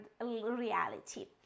reality